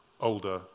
older